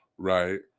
right